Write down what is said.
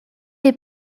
est